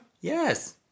Yes